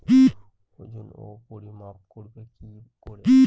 ওজন ও পরিমাপ করব কি করে?